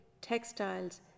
textiles